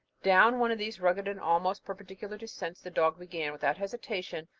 down one of these rugged and almost perpendicular descents, the dog began, without hesitation,